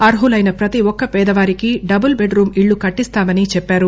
అర్హులైన ప్రతి ఒక్క పేదవారికి డబుల్ టెడ్రూం ఇళ్ళు కట్టిస్తామని చెప్పారు